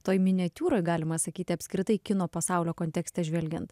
toj miniatiūroj galima sakyti apskritai kino pasaulio kontekste žvelgiant